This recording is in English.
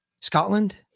Scotland